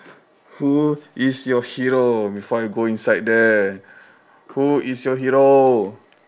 who is your hero before I go inside there who is your hero